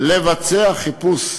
לבצע חיפוש,